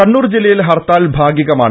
കണ്ണൂർ ജില്ലയിൽ ഹർത്താൽ ഭാഗികമാണ്